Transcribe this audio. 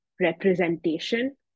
representation